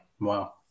Wow